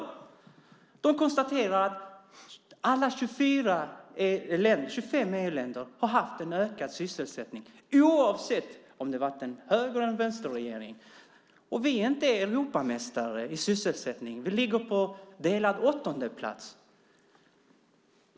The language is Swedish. Eurostat konstaterar att alla 25 EU-länder har haft en ökad sysselsättning oavsett om det har varit en höger eller en vänsterregering. Sverige är inte Europamästare i sysselsättning. Vi ligger på delad åttondeplats.